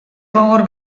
gogor